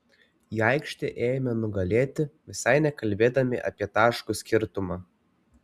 į aikštę ėjome nugalėti visai nekalbėdami apie taškų skirtumą